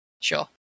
Sure